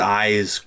eyes